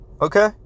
okay